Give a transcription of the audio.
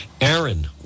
Aaron